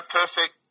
perfect